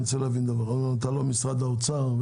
אני רוצה להבין: אתה לא משרד האוצר,